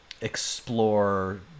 explore